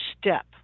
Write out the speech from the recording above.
step